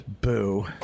boo